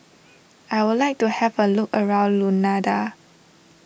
I would like to have a look around Luanda